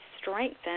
strengthen